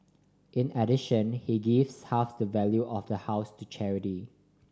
in addition he gives half the value of the house to charity